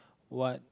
what